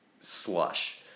slush